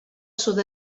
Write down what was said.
sud